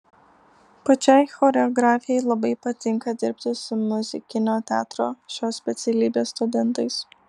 pačiai choreografei labai patinka dirbti su muzikinio teatro šios specialybės studentais